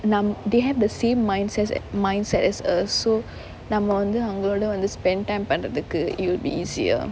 நம்:nam they have the same mindset mindset as us so நம்ம வந்து அவங்களோட வந்து:namma vanthu avangaloda vanthu spend time பண்றதுக்கு:pandrathukku you'd be easier